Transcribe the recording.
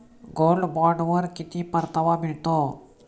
Gold बॉण्डवर किती परतावा मिळतो?